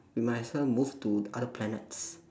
we might as well move to other planets